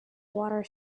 water